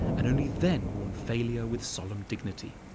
and only then mourn failure with solemn dignity.